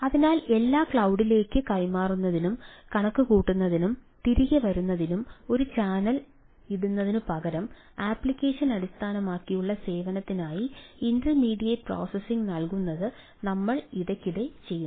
അതിനാൽ എല്ലാം ക്ലൌഡി നൽകുന്നത് നമ്മൾ ഇടയ്ക്കിടെ ചെയ്യുന്നു